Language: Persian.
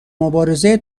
مبارزه